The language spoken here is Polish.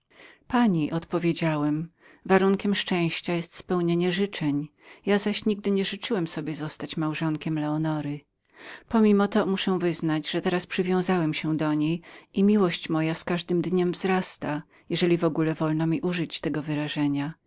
pani odpowiedziałem myśl szczęścia przypuszcza spełnienie życzeń ja zaś nigdy nie życzyłem sobie zostać małżonkiem leonory pomimo to muszę wyznać że teraz przywiązałem się do niej i przywiązanie to z każdym dniem wzrasta jeżeli w każdym razie wolno mi użyć tego wyrażenia